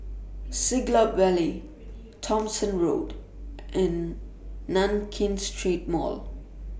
Siglap Valley Thomson Road and Nankin Street Mall